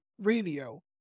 Radio